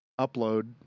upload